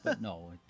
no